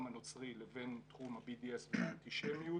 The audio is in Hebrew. הנוצרי לבין תחום ה-BDS והאנטישמיות.